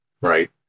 Right